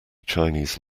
chinese